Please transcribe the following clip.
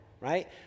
right